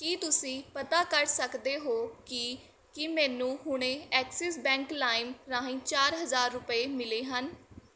ਕੀ ਤੁਸੀਂਂ ਪਤਾ ਕਰ ਸਕਦੇ ਹੋ ਕਿ ਕੀ ਮੈਨੂੰ ਹੁਣੇ ਐਕਸਿਸ ਬੈਂਕ ਲਾਇਮ ਰਾਹੀਂ ਚਾਰ ਹਜ਼ਾਰ ਰੁਪਏ ਮਿਲੇ ਹਨ